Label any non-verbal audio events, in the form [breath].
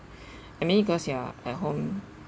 [breath] I mean cause you're at home